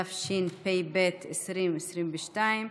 התשפ"ב 2022,